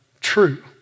true